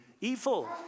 evil